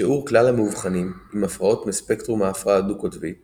שיעור כלל המאובחנים עם הפרעות מספקטרום ההפרעה הדו-קוטבית